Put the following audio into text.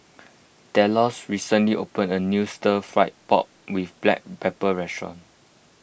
Delos recently opened a new Stir Fry Pork with Black Pepper restaurant